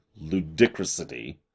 ludicrousity